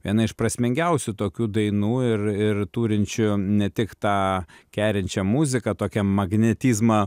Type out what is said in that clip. viena iš prasmingiausių tokių dainų ir ir turinčių ne tik tą kerinčią muziką tokią magnetizmą